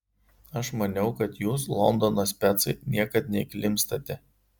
aš maniau kad jūs londono specai niekad neįklimpstate